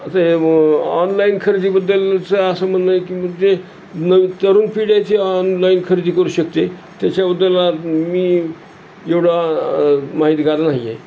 तर ते मग ऑनलाईन खरेदीबद्दलचं असं म्हणणं आहे की म्हणजे न तरुण पिढ्याची ऑनलाईन खरेदी करू शकते त्याच्याबद्दल मी एवढा माहितगार नाही आहे